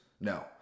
No